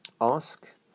Ask